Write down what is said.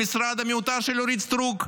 במשרד המיותר של סטרוק.